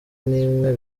n’imwe